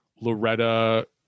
Loretta